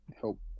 help